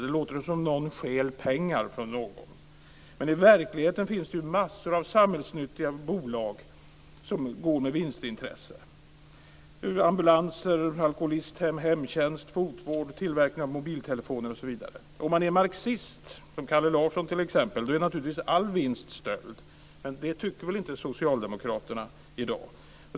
Det låter som om någon stjäl pengar från någon, men i verkligheten finns det massor av samhällsnyttiga bolag som går med vinstintresse: ambulansföretag, alkoholisthem, hemtjänstbolag, fotvårdare, tillverkare av mobiltelefoner osv. Om man är marxist, som t.ex. Kalle Larsson, är naturligtvis all vinst stöld, men det tycker väl inte socialdemokraterna i dag.